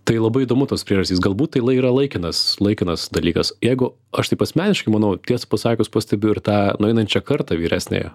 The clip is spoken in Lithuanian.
tai labai įdomu tos priežastys galbūt tai yra laikinas laikinas dalykas jeigu aš taip asmeniškai manau tiesą pasakius pastebiu ir tą nueinančia karta vyresniąją